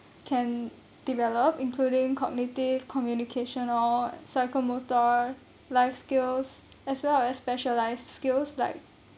can develop including cognitive communication or psychomotor life skills as long as specialised skills like